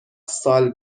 سال